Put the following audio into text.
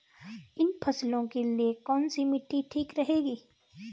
इन फसलों के लिए कैसी मिट्टी ठीक रहेगी?